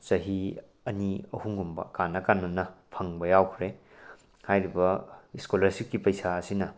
ꯆꯍꯤ ꯑꯅꯤ ꯑꯍꯨꯝꯒꯨꯝꯕ ꯀꯥꯟꯅ ꯀꯥꯟꯅꯅ ꯐꯪꯕ ꯌꯥꯎꯈ꯭ꯔꯦ ꯍꯥꯏꯔꯤꯕ ꯁ꯭ꯀꯣꯂ꯭ꯔꯁꯤꯞꯀꯤ ꯄꯩꯁꯥ ꯑꯁꯤꯅ